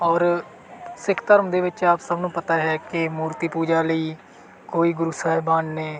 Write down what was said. ਔਰ ਸਿੱਖ ਧਰਮ ਦੇ ਵਿੱਚ ਆਪ ਸਭ ਨੂੰ ਪਤਾ ਹੈ ਕਿ ਮੂਰਤੀ ਪੂਜਾ ਲਈ ਕੋਈ ਗੁਰੂ ਸਾਹਿਬਾਨ ਨੇ